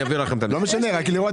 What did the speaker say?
לא משנה, רק לראות